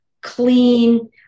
clean